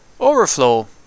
overflow